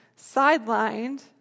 sidelined